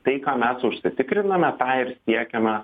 tai ką mes užsitikrinome tą ir siekiame